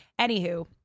Anywho